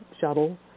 shuttle